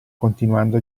continuando